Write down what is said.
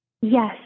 Yes